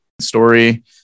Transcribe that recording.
story